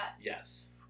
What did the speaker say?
Yes